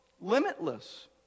limitless